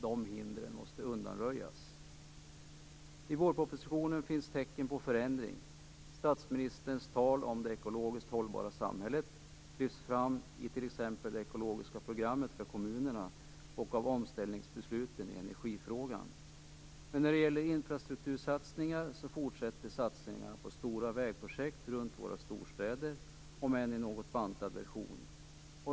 De hindren måste undanröjas. I vårpropositionen finns tecken på en förändring. Statsministerns tal om det ekologiskt hållbara samhället lyfts fram i t.ex. det ekologiska programmet för kommunerna och i omställningsbesluten i energifrågan. När det gäller infrastruktursatsningar fortsätter satsningarna på stora vägprojekt runt våra storstäder om än i något bantad version.